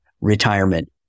retirement